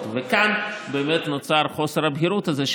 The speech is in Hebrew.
כאן באמת נוצר חוסר הבהירות הזה,